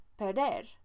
perder